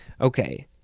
Okay